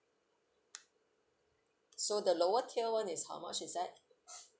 so the lower tier [one] is how much is that